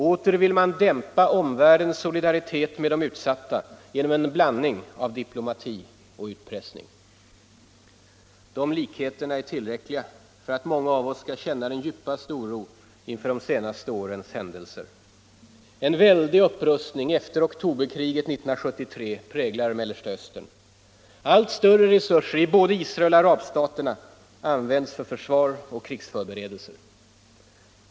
Åter vill man dämpa omvärldens solidaritet med de utsatta genom en blandning av diplomati och utpressning. De likheterna är tillräckliga för att många av oss skall känna den djupaste oro inför de senaste årens händelser. En väldig upprustning efter oktoberkriget 1973 präglar Mellersta Östern. Allt större resurser i både Israel och arabstaterna används för försvar och krigsförberedelser.